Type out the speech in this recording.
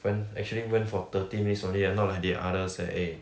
went actually went for thirty minutes only leh not like the others leh eh